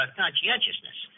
conscientiousness